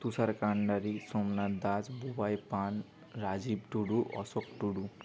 Tushar Kandari Somnath Das Bubai Pan Rajib Tudu Ashok Tudu